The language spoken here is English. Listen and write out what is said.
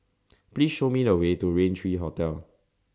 Please Show Me The Way to Rain three Hotel